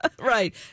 Right